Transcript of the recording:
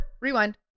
Rewind